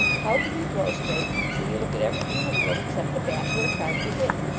how can you throw straight when you look at everything in the world except the bat you are trying to hit?